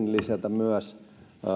lisätä myös